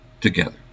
together